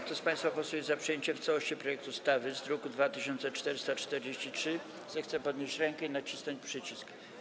Kto z państwa posłów jest za przyjęciem w całości projektu ustawy z druku nr 2443, zechce podnieść rękę i nacisnąć przycisk.